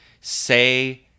say